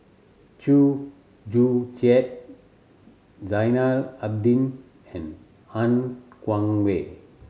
Chew Joo Chiat Zainal Abidin and Han Guangwei